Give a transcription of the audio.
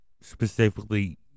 specifically